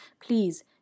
please